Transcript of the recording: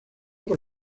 por